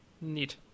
Neat